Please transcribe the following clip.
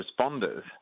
responders